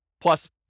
plus